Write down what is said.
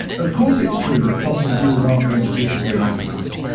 of course it's true that fossil fuels aren't going to disappear overnight.